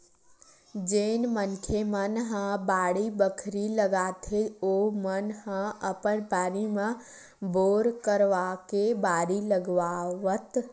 जेन मनखे मन ह बाड़ी बखरी लगाथे ओमन ह अपन बारी म बोर करवाके बारी लगावत